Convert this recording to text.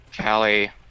Callie